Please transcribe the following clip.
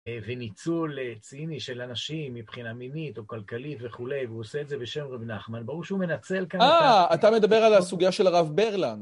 וניצול ציני של אנשים מבחינה מינית או כלכלית וכולי, והוא עושה את זה בשם רב נחמן, ברור שהוא מנצל כנראה. אה, אתה מדבר על הסוגיה של הרב ברלנד